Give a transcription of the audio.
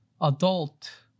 adult